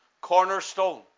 cornerstone